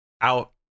out